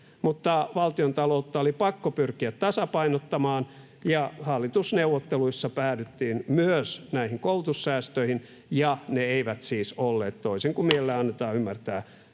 mutta valtiontaloutta oli pakko pyrkiä tasapainottamaan, ja hallitusneuvotteluissa päädyttiin myös näihin koulutussäästöihin, ja ne eivät siis olleet,